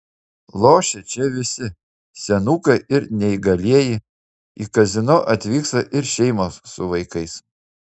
lošia čia visi senukai ir neįgalieji į kazino atvyksta ir šeimos su vaikais